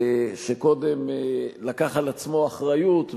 שקודם לקח על עצמו אחריות,